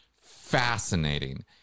fascinating